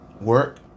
Work